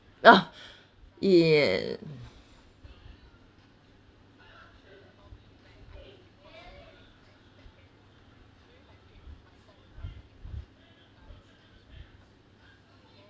oh yes